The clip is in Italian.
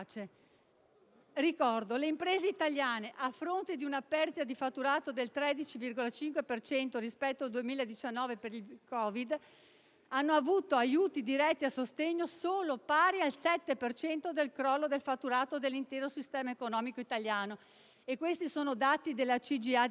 Ricordo che le imprese italiane, a fronte di una perdita di fatturato del 13,5 per cento rispetto al 2019 per il Covid, hanno avuto aiuti diretti a sostegno pari solo al 7 per cento del crollo del fatturato dell'intero sistema economico italiano. Questi sono dati della CGIA di Mestre.